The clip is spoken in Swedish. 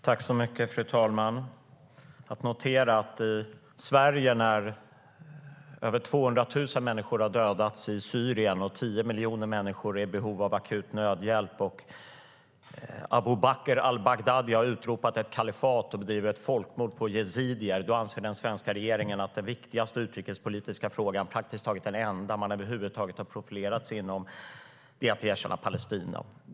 Fru talman! Det är att notera att över 200 000 människor har dödats i Syrien, att 10 miljoner människor är i behov av akut nödhjälp och att Abu Bakr al-Baghdadi har utropat ett kalifat och bedriver folkmord på yazidier. Då anser den svenska regeringen att den viktigaste utrikespolitiska frågan, praktiskt taget den enda man över huvud taget har profilerat sig i, är att erkänna Palestina.